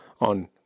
on